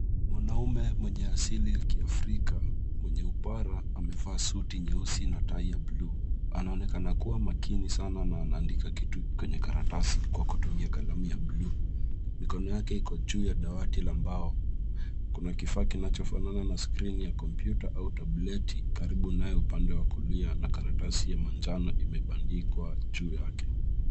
Mwanaume mwenye asili ya Kiafrika mwenye upara amevaa suti nyeusi na tai ya buluu. Anaonekana kuwa makini sana na anaandika kitu kwenye karatasi kwa kutumia kalamu ya buluu. Mikono yake iko juu ya dawati la mbao. Kuna kifaa kinachofanana na skirini ya kompyuta au tableti karibu nayo upande wa kulia na karatasi ya manjano imebandikwa juu yake.